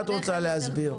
מה את רוצה להסביר.